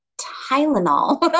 Tylenol